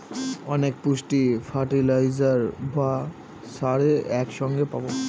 অনেক পুষ্টি ফার্টিলাইজার বা সারে এক সঙ্গে পাবো